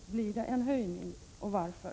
Blir det en höjning och varför?